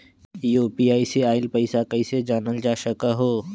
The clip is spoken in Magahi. यू.पी.आई से आईल पैसा कईसे जानल जा सकहु?